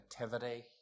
activity